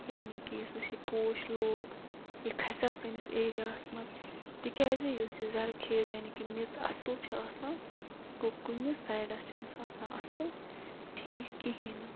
یعنے کہِ یُس اَسہِ یہِ پوش لوگ یہِ کھسیا سٲنِس ایریاہَس مَنٛز تکیازِ یُس یہِ زَرخیز یعنے کہِ میٚژ اصل چھِ آسان گوٚو کُنہِ سایڈَس چھَنہٕ سۄ آسان اصل ٹھیٖک کِہِیٖنۍ نہٕ